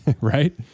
Right